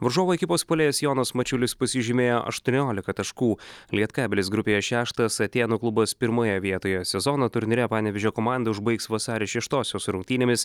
varžovų ekipos puolėjas jonas mačiulis pasižymėjo aštuoniolika taškų lietkabelis grupėje šeštas atėnų klubas pirmoje vietoje sezono turnyre panevėžio komanda užbaigs vasario šeštosios rungtynėmis